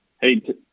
Hey